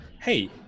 Hey